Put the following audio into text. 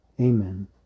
Amen